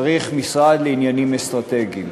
צריך משרד לעניינים אסטרטגיים.